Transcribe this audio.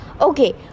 okay